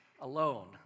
alone